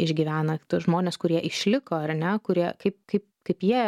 išgyvena tuos žmones kurie išliko ar ne kurie kaip kaip kaip jie